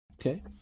okay